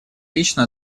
лично